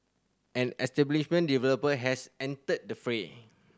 and establishment developer has entered the fray